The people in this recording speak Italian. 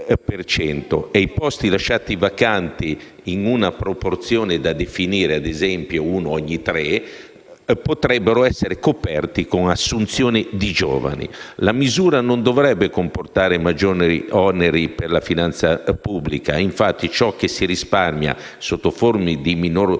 I posti lasciati vacanti, in una proporzione da definire (ad esempio, uno ogni tre), potrebbero essere coperti con assunzioni di giovani. La misura non dovrebbe comportare maggiori oneri per la finanza pubblica. Infatti, ciò che si risparmia sotto forma di minori